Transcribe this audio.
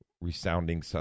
resounding